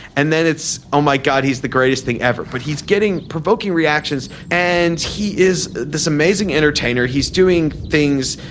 and then it's oh my god he's the greatest thing ever. but he's getting provoking reactions and he is this amazing entertainer he's doing things.